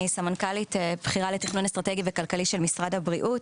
אני סמנכ"לית בכירה לתכנון אסטרטגי וכלכלי של משרד הבריאות,